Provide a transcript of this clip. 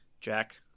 Jack